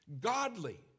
godly